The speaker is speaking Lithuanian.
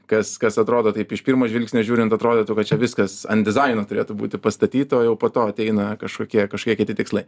kas kas atrodo taip iš pirmo žvilgsnio žiūrint atrodytų kad čia viskas ant dizaino turėtų būti pastatyta jau po to ateina kažkokie kažkokie kiti tikslai